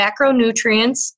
macronutrients